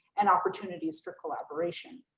and opportunities for collaboration.